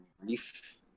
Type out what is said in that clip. grief